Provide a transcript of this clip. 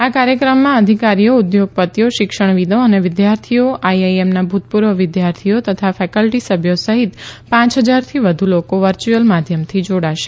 આ કાર્યક્રમમાં અધિકારીઓ ઉદ્યોગપતિઓ શિક્ષણવિદો અને વિદ્યાર્થીઓ આઇઆઇએમના ભુતપુર્વ વિદ્યાર્થીઓ તથા ફેકલ્ટી સભ્યો સહિત પાંચ હજારથી વધુ લોકો વર્ચ્યુઅલ માધ્યમથી જોડાશે